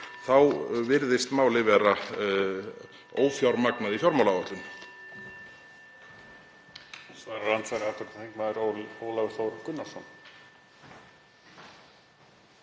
virðist málið vera ófjármagnað í fjármálaáætlun.